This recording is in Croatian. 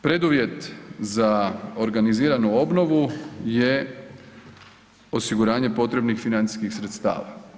Preduvjet za organiziranu obnovu je osiguranje potrebnih financijskih sredstava.